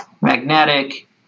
Magnetic